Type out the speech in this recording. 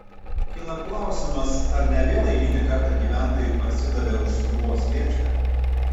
kyla klausimas ar ne vėl eilinį kartą gyventojai parsidavė už sriubos lėkštę